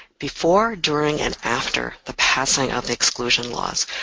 before, during, and after the passing of the exclusion laws,